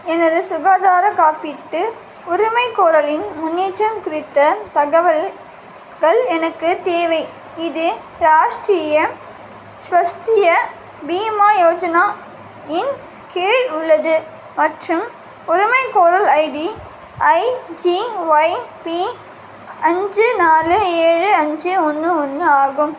எனது சுகாதார காப்பீட்டு உரிமைகோரலின் முன்னேற்றம் குறித்த தகவல்கள் எனக்கு தேவை இது ராஷ்ட்ரிய ஸ்வஸ்திய பீமா யோஜனா இன் கீழ் உள்ளது மற்றும் உரிமைகோரல் ஐடி ஐஜிஒய்பி அஞ்சு நாலு ஏழு அஞ்சு ஒன்று ஒன்று ஆகும்